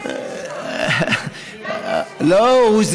(אומר בערבית: ואנחנו מה, יא איוב?